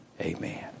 Amen